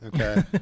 Okay